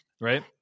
right